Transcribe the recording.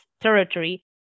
territory